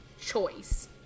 choice